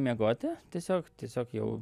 miegoti tiesiog tiesiog jau